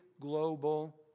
global